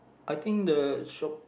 I think the shop